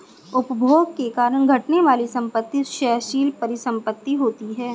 उपभोग के कारण घटने वाली संपत्ति क्षयशील परिसंपत्ति होती हैं